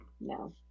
No